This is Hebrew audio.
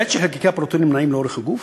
בעת שחלקיקי הפרוטונים נעים לאורך הגוף,